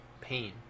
pain